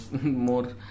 more